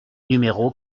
numéro